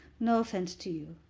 no offence to you.